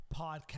Podcast